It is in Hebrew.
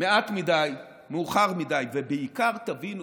מעט מדי, מאוחר מדי, ובעיקר, תבינו: